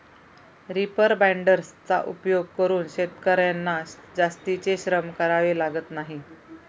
reaper बाइंडर्सचा उपयोग करून शेतकर्यांना जास्तीचे श्रम करावे लागत नाही